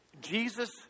Jesus